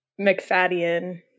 Mcfadden